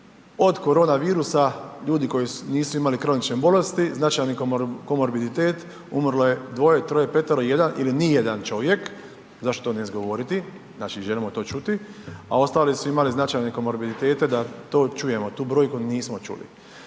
od koronavirusa ljudi koji nisu imali kronične bolesti značajni komorbiditet umrlo je dvoje, troje, petero, jedan ili nijedan čovjek, zašto ne izgovoriti, znači želimo to čuti, a ostali su imali značajne komorbiditete da to čujemo, tu brojku nismo čuli.